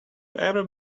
ever